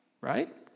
right